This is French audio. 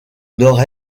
nord